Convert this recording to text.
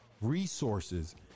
resources